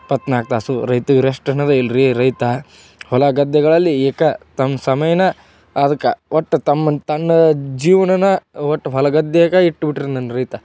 ಇಪ್ಪತ್ತ್ನಾಲ್ಕು ತಾಸು ರೈತಗೆ ರೆಸ್ಟ್ ಅನ್ನೋದೆ ಇಲ್ಲ ರಿ ರೈತ ಹೊಲ ಗದ್ದೆಗಳಲ್ಲಿ ಈಕಾ ತಮ್ ಸಮಯನ ಅದಕ್ಕೆ ಒಟ್ಟು ತಮ್ಮ ತನ್ನ ಜೀವ್ನನೇ ಒಟ್ಟು ಹೊಲ ಗದ್ದೆಗೆ ಇಟ್ಟು ಬಿಟ್ರಿ ನನ್ನ ರೈತ